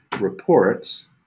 reports